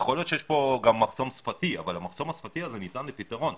יכול להיותך שיש כאן גם מחסום שפתי אבל המחסום השפתי הזה ניתן לפתרון.